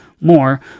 more